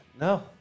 No